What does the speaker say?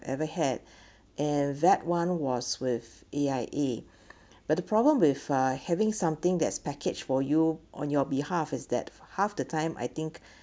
ever had and that one was with A_I_A but the problem with uh having something that's packaged for you on your behalf is that half the time I think